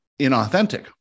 inauthentic